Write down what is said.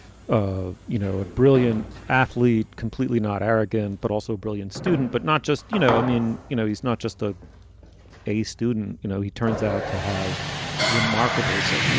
ah you know, a brilliant athlete, completely not arrogant, but also brilliant student. but not just, you know, i mean, you know, he's not just ah a student. you know, he turns out to have remarkable. so, and you